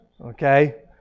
Okay